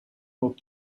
best